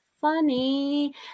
Funny